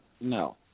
no